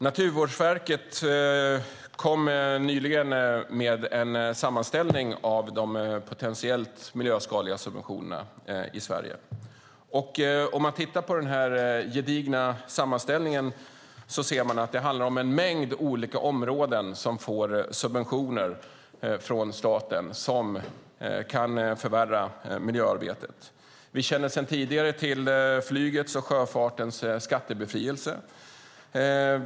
Naturvårdsverket kom nyligen med en sammanställning av de potentiellt miljöskadliga subventionerna i Sverige. Om man tittar på den här gedigna sammanställningen ser man att det handlar om en mängd olika områden som får subventioner från staten och som kan förvärra miljöarbetet. Vi känner sedan tidigare till flygets och sjöfartens skattebefrielse.